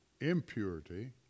impurity